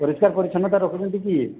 ପରିଷ୍କାର ପରିଚ୍ଛନ୍ନତା ରଖୁଛନ୍ତି କି